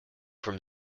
from